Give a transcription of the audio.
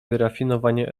wyrafinowanie